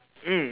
mm